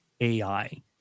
AI